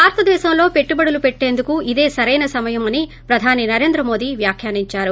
భారతదేశంలో పెట్టుబడులు పెట్టేందుకు ఇదే సరైనమని ప్రధాని నరేంద్ర మోడీ వ్యాఖ్యానించారు